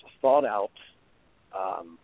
thought-out